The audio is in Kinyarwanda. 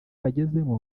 bagezemo